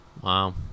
Wow